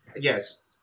Yes